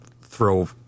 throw